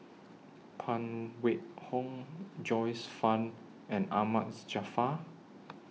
Phan Wait Hong Joyce fan and Ahmad Jaafar